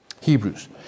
Hebrews